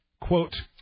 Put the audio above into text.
quote